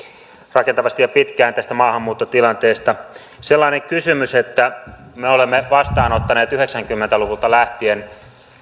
rakentavasti ja pitkään tästä maahanmuuttotilanteesta sellaisesta kysyisin että kun me olemme vastaanottaneet yhdeksänkymmentä luvulta lähtien